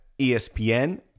ESPN